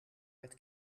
het